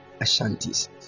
ashantis